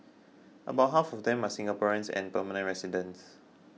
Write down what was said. about half of them are Singaporeans and permanent residents